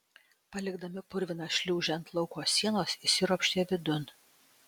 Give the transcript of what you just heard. palikdami purviną šliūžę ant lauko sienos įsiropštė vidun